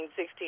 16